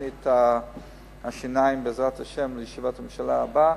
תוכנית השיניים, בעזרת השם, לישיבת הממשלה הבאה,